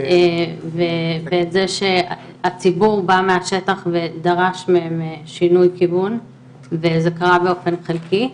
ואת זה שציבור בא מהשטח ודרש מהם שינוי כיוון וזה קרה באופן חלקי,